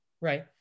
Right